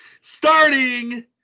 starting